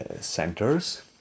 centers